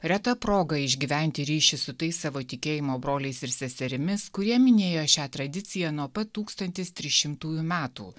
reta proga išgyventi ryšį su tais savo tikėjimo broliais ir seserimis kurie minėjo šią tradiciją nuo pat tūkstantis trys šimtųjų metų